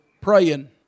praying